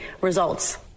results